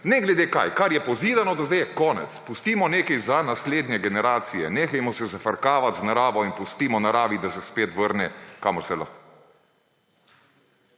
ne glede kaj. Kar je pozidano do sedaj, je konec, pustimo nekaj za naslednje generacije. Nehajmo se zafrkavati z naravo in pustimo naravi, da se spet vrne, kamor se